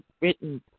written